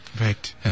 Right